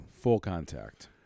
Full-contact